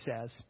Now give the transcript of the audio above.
says